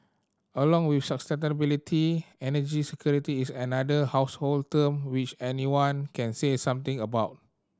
along with energy security is another household term which anyone can say something about